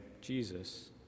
Jesus